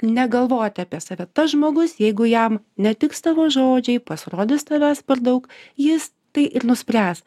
negalvoti apie save tas žmogus jeigu jam netiks tavo žodžiai pasirodys tavęs per daug jis tai ir nuspręs